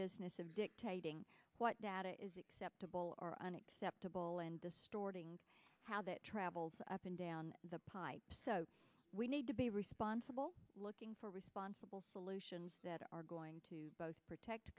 business of dictating what data is acceptable or unacceptable and distorting how that travels up and down the pipe so we need to be responsible looking for responsible solutions that are going to both protect